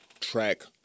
track